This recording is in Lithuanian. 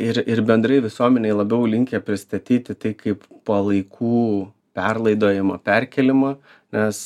ir ir bendrai visuomenei labiau linkę pristatyti tai kaip palaikų perlaidojimo perkėlimą nes